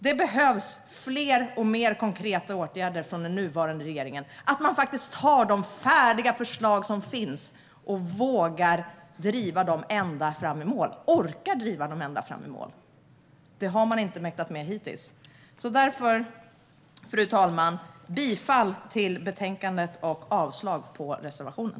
Det behövs fler och mer konkreta åtgärder från den nuvarande regeringen. Det behövs att man faktiskt tar de färdiga förslag som finns och vågar - orkar - driva dem ända in i mål. Det har man inte mäktat med hittills. Därför, fru talman, yrkar jag bifall till förslaget i betänkandet och avslag på reservationen.